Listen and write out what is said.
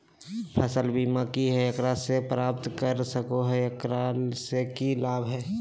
फसल बीमा की है, एकरा के प्राप्त कर सको है, एकरा से की लाभ है?